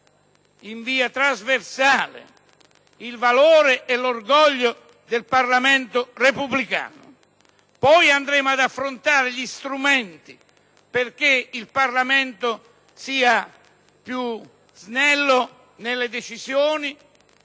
in via trasversale il valore e l'orgoglio del Parlamento repubblicano. Poi valuteremo gli strumenti perché il Parlamento sia più snello nelle decisioni